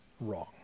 wrong